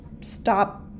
stop